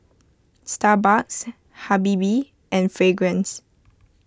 Starbucks Habibie and Fragrance